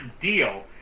deal